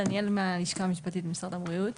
דניאל מהלשכה המשפטית של משרד הבריאות.